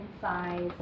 size